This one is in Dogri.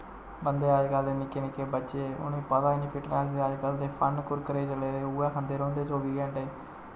बंदे अज्जकल निक्के निक्के बच्चे उ'नेंगी पता ई नी फिटनेस दा अज्जकल ते फन कुरकुरे चले दे उ'ऐ खंदे रौंह्दे चौबी घैंटे